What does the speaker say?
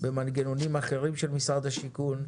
על מנגנונים אחרים של משרד הבינוי והשיכון,